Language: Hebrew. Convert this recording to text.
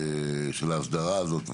של ההסדרה הזאת,